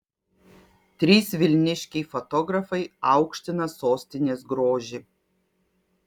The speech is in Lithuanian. trys vilniškiai fotografai aukština sostinės grožį